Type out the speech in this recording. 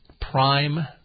prime